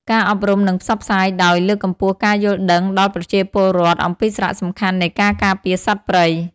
ការអប់រំ និងផ្សព្វផ្សាយដោយ លើកកម្ពស់ការយល់ដឹងដល់ប្រជាពលរដ្ឋអំពីសារៈសំខាន់នៃការការពារសត្វព្រៃ។